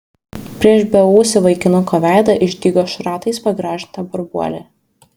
prieš beūsį vaikinuko veidą išdygo šratais pagrąžinta burbuolė